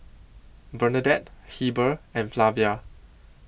Bernadette Heber and Flavia